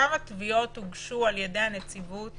כמה תביעות הוגשו על-ידי הנציבות